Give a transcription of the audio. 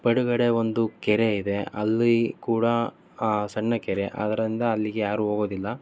ಪಡುಗಡೆ ಒಂದು ಕೆರೆ ಇದೆ ಅಲ್ಲಿ ಕೂಡ ಆ ಸಣ್ಣ ಕೆರೆ ಅದರಿಂದ ಅಲ್ಲಿಗೆ ಯಾರೂ ಹೋಗೋದಿಲ್ಲ